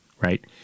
right